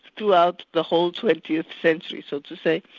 throughout the whole twentieth century, so to say.